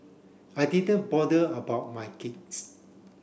I didn't bother about my kids